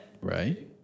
Right